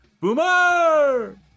boomer